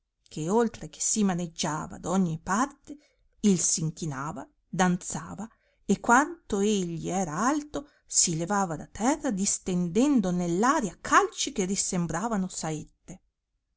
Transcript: che oltre che si maneggiava d'ogni parte il s'inchinava danzava e quanto egli era alto si levava da terra distendendo nell aria calci che risembravano saette